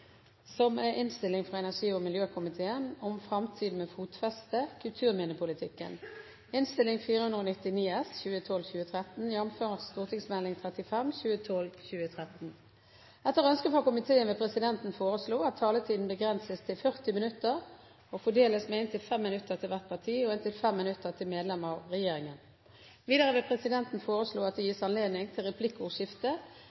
miljøkomiteen vil presidenten foreslå at taletiden begrenses til 40 minutter og fordeles med inntil 5 minutter til hvert parti og inntil 5 minutter til medlem av regjeringen. Videre vil presidenten foreslå at det